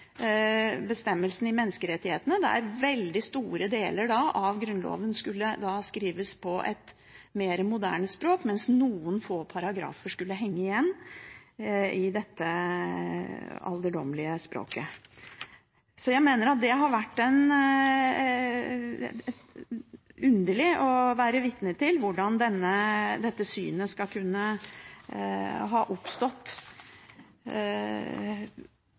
i menneskerettighetene, der veldig store deler av Grunnloven skulle skrives på et mer moderne språk, mens noen få paragrafer ville henge igjen i dette alderdommelige språket. Det har vært underlig å være vitne til hvordan dette synet kunne